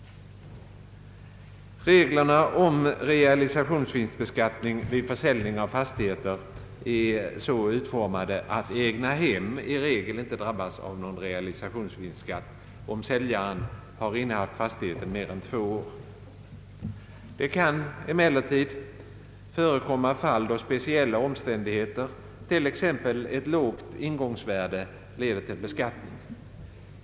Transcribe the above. Reglerna om realisationsvinstbeskattning vid försäljning av fastigheter är så utformade att egnahem i regel inte drabbas av någon realisationsvinstskatt om säljaren har innehaft fastigheten i mer än två år. Det kan emellertid förekomma fall då speciella omständigheter, t.ex. ett lågt ingångsvärde, leder till beskattning.